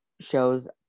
shows